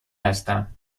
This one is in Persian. هستم